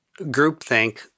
groupthink